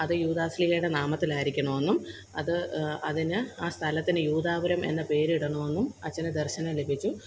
അത് യൂദാശ്ലീഹയുടെ നാമത്തില് ആയിരിക്കണമെന്നും അത് അതിന് ആ സ്ഥലത്തിനു യൂദാപുരം എന്ന പേര് ഇടണമെന്നും അച്ചനു ദര്ശനം ലഭിച്ചു